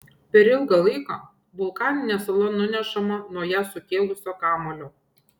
per ilgą laiką vulkaninė sala nunešama nuo ją sukėlusio kamuolio